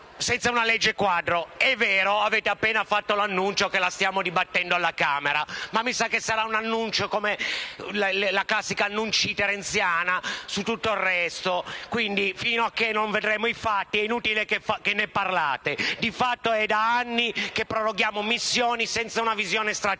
senza una legge quadro. È vero. Avete appena annunciato che la stiamo dibattendo alla Camera. Ma mi sa che sarà un annuncio secondo la classica "annuncite" renziana su tutto il resto. Quindi, finché non vedremo i fatti, è inutile che ne parliate. Di fatto è da anni che proroghiamo missioni senza una visione strategica